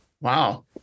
wow